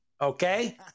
okay